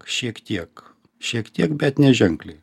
šiek tiek šiek tiek bet neženkliai